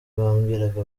bambwiraga